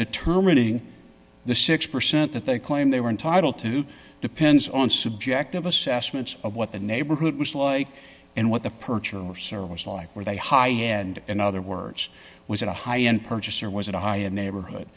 determining the six percent that they claim they were entitled to depends on subjective assessments of what the neighborhood was like and what the purchaser was like with a high hand in other words was it a high end purchase or was it a high end neighborhood